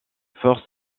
forces